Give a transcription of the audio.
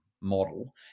model